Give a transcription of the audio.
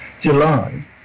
July